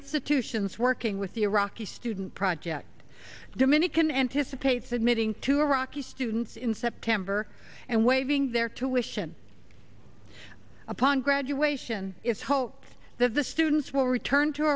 institutions working with the iraqi student project dominican anticipates admitting to iraqi students in september over and waving their tuition upon graduation it's hoped that the students will return to